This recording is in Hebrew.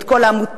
את כל העמותות,